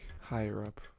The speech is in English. higher-up